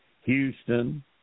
Houston